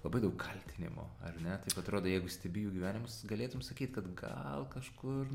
labai daug kaltinimo ar ne taip atrodo jeigu stebi jų gyvenimus galėtum sakyt kad gal kažkur